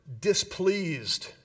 displeased